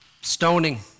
stoning